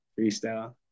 freestyle